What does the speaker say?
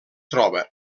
troba